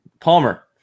Palmer